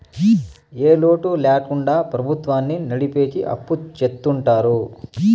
ఏ లోటు ల్యాకుండా ప్రభుత్వాన్ని నడిపెకి అప్పు చెత్తుంటారు